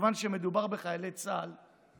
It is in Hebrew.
מכיוון שמדובר בחיילי צה"ל,